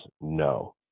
No